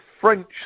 French